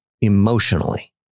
emotionally